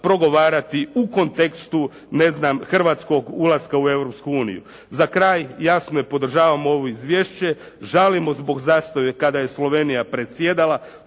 progovarati u kontekstu, ne znam, Hrvatskog ulaska u Europsku uniju. Za kraj jasno je podržavamo ovo izvješće. Žalimo zbog zastoja kada je Slovenija predsjedala.